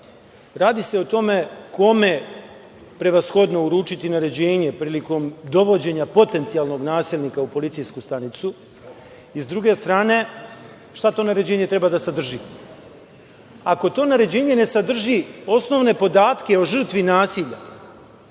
Radi se o tome kome prevashodno uručiti naređenje prilikom dovođenja potencijalnog nasilnika u policijsku stanicu, a s druge strane – šta to naređenje treba da sadrži? Ako to naređenje ne sadrži osnovne podatke o žrtvi nasilja,